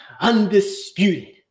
Undisputed